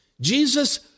Jesus